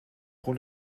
pour